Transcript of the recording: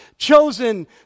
Chosen